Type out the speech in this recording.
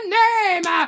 name